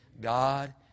God